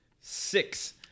six